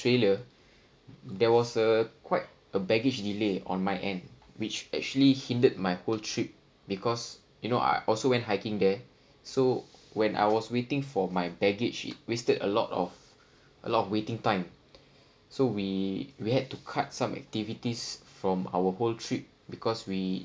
~tralia there was a quite a baggage delay on my end which actually hindered my whole trip because you know I also went hiking there so when I was waiting for my baggage it wasted a lot of a lot of waiting time so we we had to cut some activities from our whole trip because we